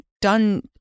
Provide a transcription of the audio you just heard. done